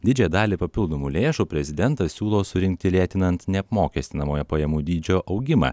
didžiąją dalį papildomų lėšų prezidentas siūlo surinkti lėtinant neapmokestinamojo pajamų dydžio augimą